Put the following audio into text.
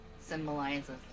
symbolizes